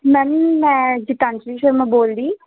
ma'am ਮੈਂ ਗੀਤਾਂਜਲੀ ਸ਼ਰਮਾ ਬੋਲਦੀ